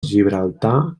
gibraltar